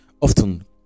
Often